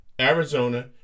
Arizona